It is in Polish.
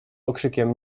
okrzykiem